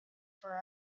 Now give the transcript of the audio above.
for